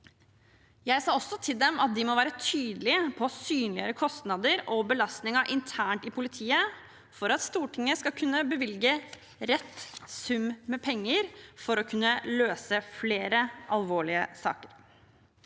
Jeg sa også til dem at de må være tydelige på å synliggjøre kostnader og belastninger internt i politiet for at Stortinget skal kunne bevilge rett sum med penger for å kunne løse flere alvorlige saker.